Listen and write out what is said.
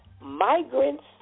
Migrants